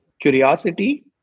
curiosity